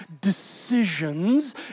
decisions